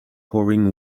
pouring